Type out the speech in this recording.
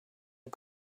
are